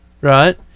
right